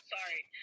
Sorry